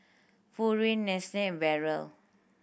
Pureen Nestle and Barrel